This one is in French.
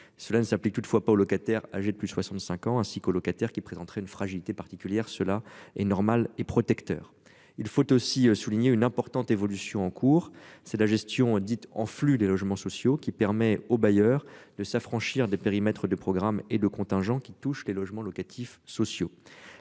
Cela ne s'applique toutefois pas aux locataires âgés de plus de 65 ans ainsi qu'aux locataires qui présenteraient une fragilité particulière. Cela est normal et protecteur. Il faut aussi souligner une importante évolution en cours c'est la gestion dite en flux des logements sociaux qui permet au bailleur de s'affranchir des périmètres de programmes et le contingent qui touche les logements locatifs sociaux.